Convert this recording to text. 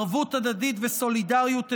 ערבות הדדית וסולידריות אנושית,